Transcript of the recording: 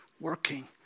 working